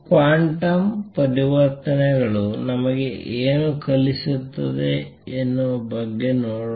quantum ಪರಿವರ್ತನೆಗಳು ನಮಗೆ ಏನು ಕಲಿಸುತ್ತದೆ ಎನ್ನುವ ಬಗ್ಗೆ ನೋಡೋಣ